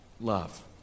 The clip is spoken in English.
love